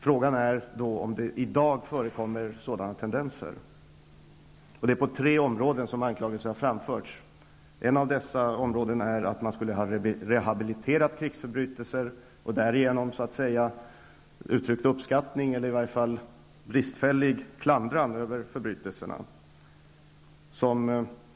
Frågan är om det i dag förekommer sådana tendenser. Det är på tre områden som anklagelser har framförts. På ett av dessa områden gäller anklagelserna att man skulle ha rehabiliterat krigsförbrytelser och därigenom så att säga ha uttryckt uppskattning av eller i varje fall bristfälligt klander mot förbrytelserna.